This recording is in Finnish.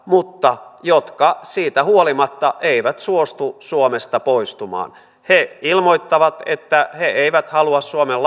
mutta jotka siitä huolimatta eivät suostu suomesta poistumaan he ilmoittavat että he eivät halua suomen